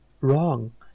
wrong